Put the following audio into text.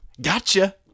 Gotcha